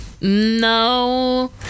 No